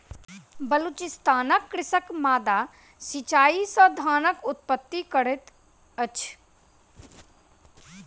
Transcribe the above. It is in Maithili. बलुचिस्तानक कृषक माद्दा सिचाई से धानक उत्पत्ति करैत अछि